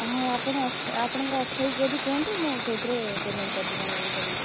ହଁ ଆପଣ ଅଛ ଆପଣଙ୍କର ଅଛି ଯଦି କୁହନ୍ତୁ ମୁଁ ସେଇଥିରେ ପେମେଣ୍ଟ କରିଦେବି ଅନଲାଇନ୍ ପେମେଣ୍ଟ